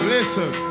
Listen